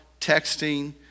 texting